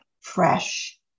fresh